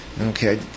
Okay